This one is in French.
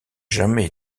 jamais